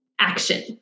action